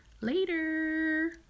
Later